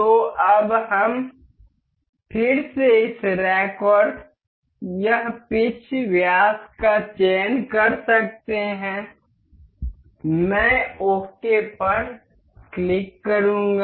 तो अब हम फिर से इस रैक और यह पिच व्यास का चयन कर सकते हैं मैं ओके पर क्लिक करूँगा